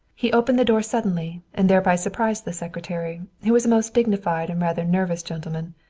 he opened the door suddenly and thereby surprised the secretary, who was a most dignified and rather nervous gentleman,